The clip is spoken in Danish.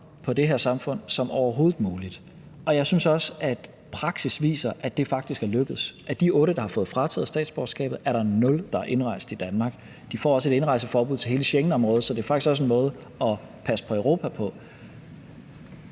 på det her samfund som overhovedet muligt. Og jeg synes også, at praksis viser, at det faktisk er lykkedes. Af de otte, der har fået frataget statsborgerskabet, er der ingen, der er indrejst i Danmark. De får også et indrejseforbud til hele Schengenområdet, så det er faktisk også en måde at passe på Europa på.